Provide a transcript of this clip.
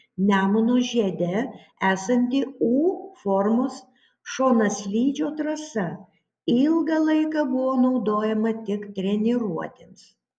nemuno žiede esanti u formos šonaslydžio trasa ilgą laiką buvo naudojama tik treniruotėms